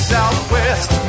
Southwest